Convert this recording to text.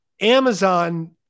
Amazon